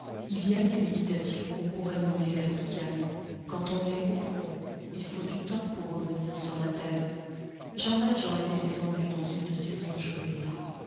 il y a des méditations qu'on pourrait nommer verticales quand on est au fond il faut du temps pour revenir sur la terre jean valjean était descendu dans une de ces songeries là